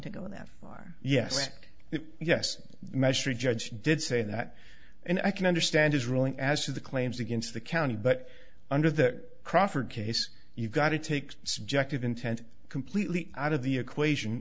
to go that far yet if yes measure a judge did say that and i can understand his ruling as to the claims against the county but under the crawford case you got to take subjective intent completely out of the equation